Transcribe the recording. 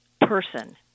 person